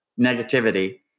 negativity